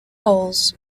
holes